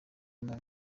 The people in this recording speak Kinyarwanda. nawe